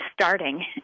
starting